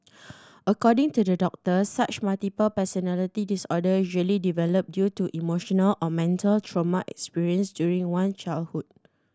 according to the doctor such multiple personality disorder usually develop due to emotional or mental trauma experienced during one childhood